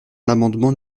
l’amendement